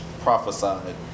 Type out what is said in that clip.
prophesied